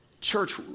Church